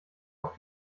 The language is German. auf